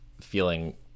feeling